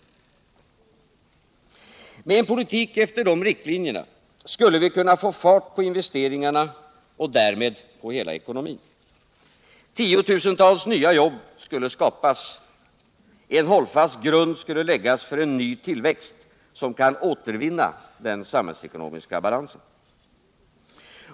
Med en politik efter de riktlinjerna skulle vi kunna få fart på investeringarna och därmed på hela ekonomin. Tiotusentals nya jobb skulle skapas. En hållfast grund skulle läggas för en ny tillväxt, som kan återvinna den samhällsekonomiska balansen.